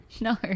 No